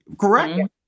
correct